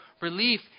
relief